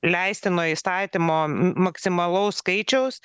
leistino įstatymo m maksimalaus skaičiaus